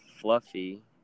Fluffy